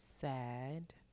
sad